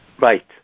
Right